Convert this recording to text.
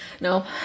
No